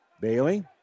Bailey